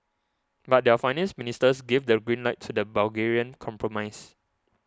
but their finance ministers gave the green light to the Bulgarian compromise